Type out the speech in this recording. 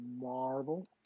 Marvel